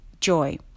joy